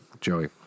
Joey